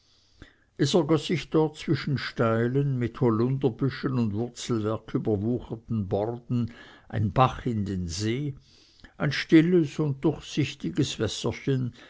es ergoß sich dort zwischen steilen mit holunderbüschen und wurzelwerk überwucherten borden ein bach in den see ein stilles und durchsichtiges